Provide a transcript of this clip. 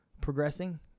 progressing